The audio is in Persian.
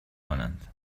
کنند